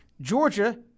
Georgia